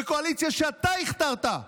בקואליציה שאתה הכתרת.